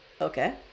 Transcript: okay